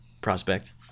prospect